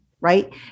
right